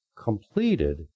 completed